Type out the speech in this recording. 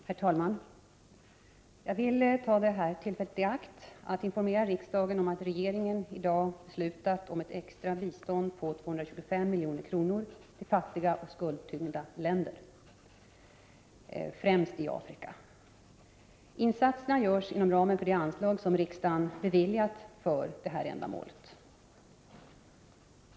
Herr talman! Jag vill ta detta tillfälle i akt att informera riksdagen om att regeringen i dag beslutat om ett extra bistånd på 225 milj.kr. till fattiga och skuldtyngda länder, främst i Afrika. Insatserna görs inom ramen för det anslag som riksdagen beviljat för detta ändamål.